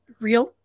real